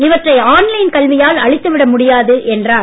இவற்றை ஆன்லைன் கல்வியால் அளித்துவிட முடியாது என்றார்